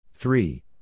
Three